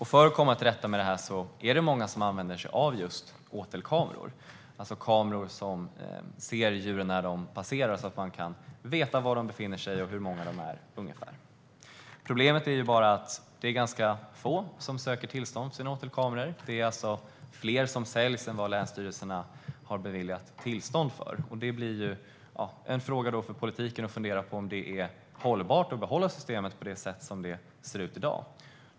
För att komma till rätta med detta är det många som använder sig av just åtelkameror, alltså kameror som ser djuren när de passerar så att man vet var de befinner sig och ungefär hur många de är. Problemet är att det är ganska få som söker tillstånd för att sätta upp åtelkameror. Det är alltså fler åtelkameror som säljs än vad som länsstyrelserna har beviljat tillstånd för. Det blir då en fråga för politiken att fundera på om det är hållbart att behålla systemet på det sätt som det ser ut i dag.